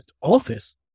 office